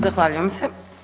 Zahvaljujem se.